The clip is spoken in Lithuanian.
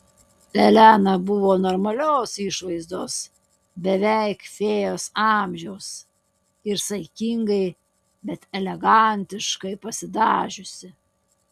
elena buvo normalios išvaizdos beveik fėjos amžiaus ir saikingai bet elegantiškai pasidažiusi